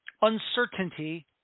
uncertainty